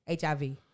HIV